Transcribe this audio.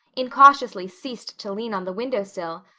incautiously ceased to lean on the window sill,